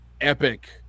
epic